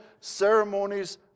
ceremonies